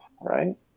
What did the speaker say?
right